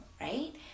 right